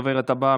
הדוברת הבאה,